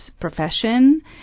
profession